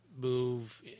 move